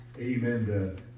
Amen